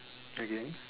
again